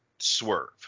Swerve